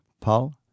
Paul